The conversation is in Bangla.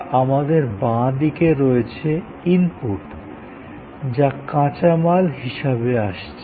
তা আমাদের বাঁ দিকে রয়েছে ইনপুট যা কাঁচামাল হিসাবে আসছে